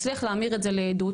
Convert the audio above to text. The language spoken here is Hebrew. הצליח להמיר את זה לעדות.